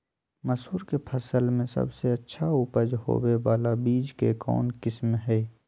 मसूर के फसल में सबसे अच्छा उपज होबे बाला बीज के कौन किस्म हय?